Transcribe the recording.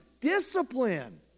discipline